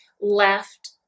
left